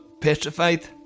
petrified